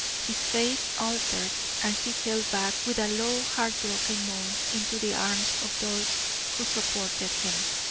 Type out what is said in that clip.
his face altered and he fell back with a low heartbroken moan into the arms of those who supported him.